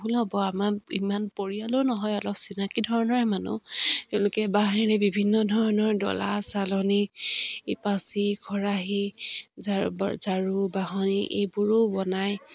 ভুল হ'ব আমাৰ ইমান পৰিয়ালো নহয় অলপ চিনাকী ধৰণৰে মানুহ তেওঁলোকে বাঁহেৰে বিভিন্ন ধৰণৰ ডলা চালনী পাচি খৰাহি জাৰু বাঁহনী এইবোৰো বনায়